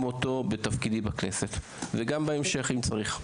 אותו בתפקידי בכנסת וגם בהמשך אם צריך.